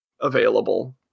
available